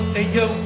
ayo